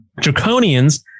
Draconians